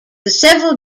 several